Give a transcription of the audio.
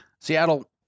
Seattle